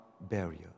barrier